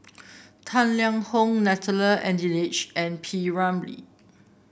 Tang Liang Hong Natalie Hennedige and P Ramlee